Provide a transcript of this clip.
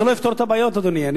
זה לא יפתור את הבעיות, אדוני.